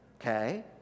Okay